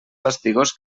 fastigós